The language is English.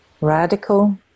radical